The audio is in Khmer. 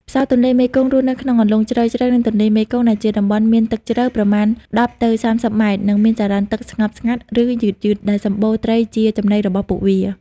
ផ្សោតទន្លេមេគង្គរស់នៅក្នុងអន្លង់ជ្រៅៗនៃទន្លេមេគង្គ ដែលជាតំបន់មានទឹកជ្រៅ ប្រមាណ ១០ ទៅ ៣០ ម៉ែត្រ និងមានចរន្តទឹកស្ងប់ស្ងាត់ ឬយឺតៗ ដែលសម្បូរត្រីជាចំណីរបស់ពួកវា។